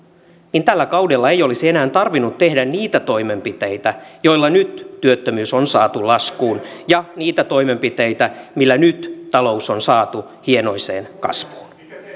niin tällä kaudella ei olisi enää tarvinnut tehdä niitä toimenpiteitä joilla nyt työttömyys on saatu laskuun ja niitä toimenpiteitä millä nyt talous on saatu hienoiseen kasvuun